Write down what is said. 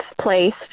placed